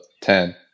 ten